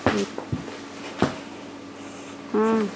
ठीक है हाँ